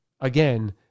Again